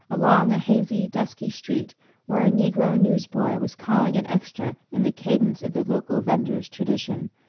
along a hazy, dusky street where a negro newsboy was calling an extra in the cadence of the local venders' tradition,